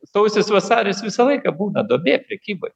sausis vasaris visą laiką būna duobė prekyboj